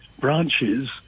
branches